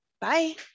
Bye